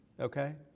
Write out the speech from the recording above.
okay